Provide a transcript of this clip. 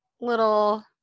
little